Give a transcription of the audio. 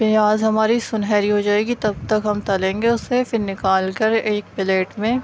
پیاز ہماری سُنہری ہو جائے گی تب تک ہم تلیں گے اُسے پھر نکال کر ایک پلیٹ میں